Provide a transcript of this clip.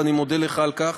ואני מודה לך על כך.